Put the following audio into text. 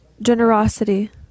Generosity